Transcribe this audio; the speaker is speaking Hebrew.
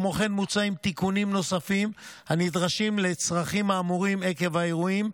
כמו כן מוצעים תיקונים נוספים הנדרשים לצרכים האמורים עקב האירועים,